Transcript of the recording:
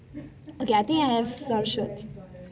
I think ~